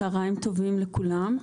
צוהריים טובים לכולם,